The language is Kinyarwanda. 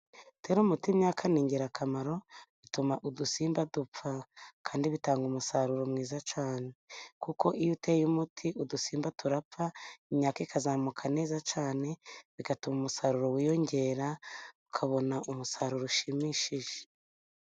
Gutera umuti imyaka ni ingirakamaro, bituma udusimba dupfa kandi bitanga umusaruro mwiza cyane, kuko iyo uteye umuti udusimba turapfa, imyaka ikazamuka neza cyane bigatuma umusaruro wiyongera, ukabona umusaruro ushimishije